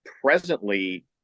Presently